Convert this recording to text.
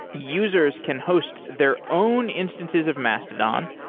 users can host their own instances of mastodon,